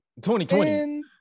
2020